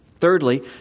Thirdly